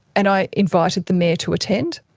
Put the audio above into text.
and i invited the mayor to attend,